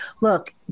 look